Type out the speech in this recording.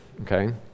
okay